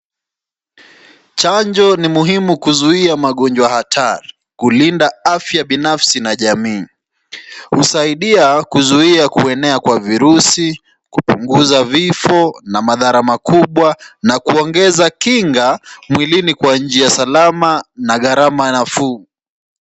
Chanjo ni muhimu kuzuia magonjwa hatari, kulinda afya binafsi na jamii. Husaidia kuzuia kuenea kwa virusi, kupunguza vifo na madhara makubwa na kuongeza kinga mwilini kwa njia salama na gharama nafuu.